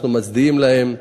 אנחנו מצדיעים להם,